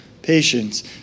Patience